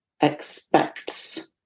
expects